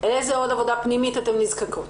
איזו עוד עבודה פנימית אתם צריכים.